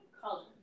color